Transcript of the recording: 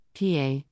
PA